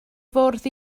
fwrdd